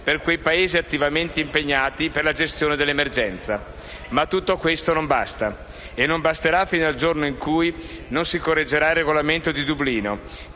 grazie